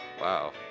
Wow